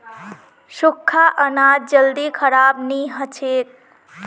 सुख्खा अनाज जल्दी खराब नी हछेक